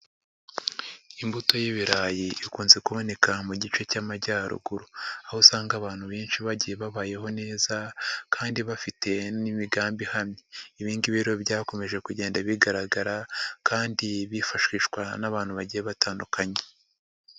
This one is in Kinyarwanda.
Imbuto y'ibirayi ikunze kuboneka mu gice cy'Amajyaruguru. Aho usanga abantu benshi bagiye babayeho neza kandi bafite n'imigambi ihamye. Ibi ngibi rero byakomeje kugenda bigaragara kandi byifashishwa n'abantu bagiye batandukanye.